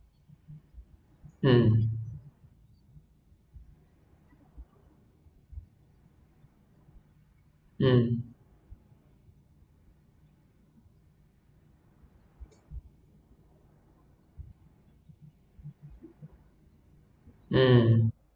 um